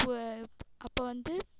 இப்போ அப்போ வந்து